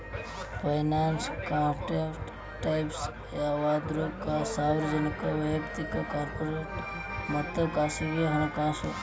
finance concept types ಯಾವಂದ್ರ ಸಾರ್ವಜನಿಕ ವಯಕ್ತಿಕ ಕಾರ್ಪೊರೇಟ್ ಮತ್ತ ಖಾಸಗಿ ಹಣಕಾಸು